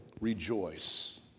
rejoice